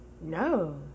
No